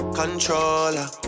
controller